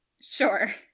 Sure